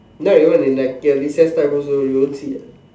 like you all like recess time also you won't see ah